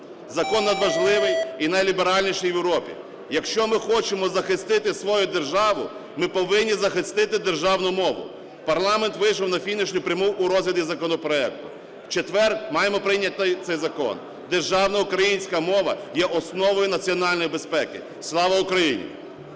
Закон надважливий і найліберальніший в Європі. Якщо ми хочемо захистити свою державу, ми повинні захистити державну мову. Парламент вийшов на фінішну пряму у розгляді законопроекту, в четвер маємо прийняти цей закон. Державна українська мова є основою національної безпеки. Слава Україні!